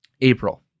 April